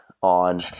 on